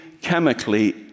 chemically